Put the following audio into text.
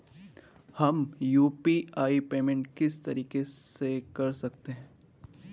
हम UPI payment किस तरीके से कर सकते हैं?